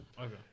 okay